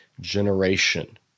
generation